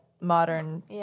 modern